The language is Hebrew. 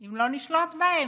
אם לא נשלוט בהם.